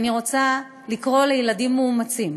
אני רוצה לקרוא לילדים מאומצים: